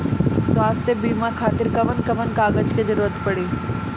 स्वास्थ्य बीमा खातिर कवन कवन कागज के जरुरत पड़ी?